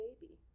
baby